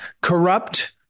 corrupt